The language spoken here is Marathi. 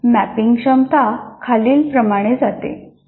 मॅपिंग क्षमता खालील प्रमाणे जाते